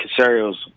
Casario's